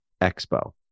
expo